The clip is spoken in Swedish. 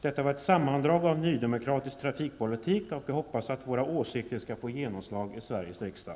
Detta var ett sammandrag av nydemokratisk trafikpolitik och jag hoppas att våra åsikter skall få genomslag i Sveriges riksdag.